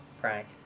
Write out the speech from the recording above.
prank